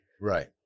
Right